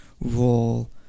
role